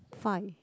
five